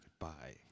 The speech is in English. goodbye